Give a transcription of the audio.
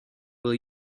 will